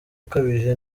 ukabije